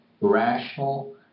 rational